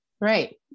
right